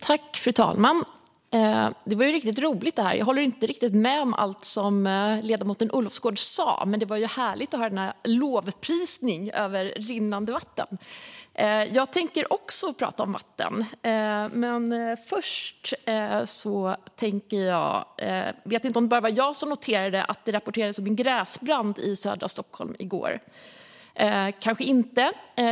Fru talman! Det här var ju riktigt roligt! Jag håller inte riktigt med om allt som ledamoten Olofsgård sa, men det var härligt att höra denna lovprisning till rinnande vatten. Jag tänker också prata om vatten. Först undrar jag dock om det bara var jag som noterade att det rapporterades om en gräsbrand i södra Stockholm i går.